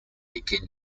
became